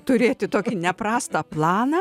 turėti tokį neprastą planą